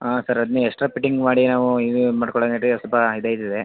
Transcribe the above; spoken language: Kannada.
ಹಾಂ ಸರ್ ಅದನ್ನೆ ಎಕ್ಟ್ರಾ ಪಿಟ್ಟಿಂಗ್ ಮಾಡಿ ನಾವು ಈ ಇದು ಮಾಡಿಕೊಡಣ